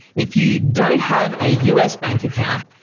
if you don't have a us bank account,